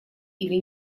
или